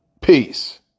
Peace